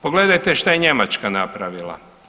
Pogledajte šta je Njemačka napravila?